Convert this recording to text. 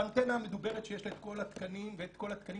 האנטנה המדוברת שיש לה את כל התקנים ואת כל התקנים